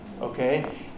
Okay